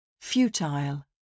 Futile